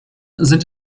sind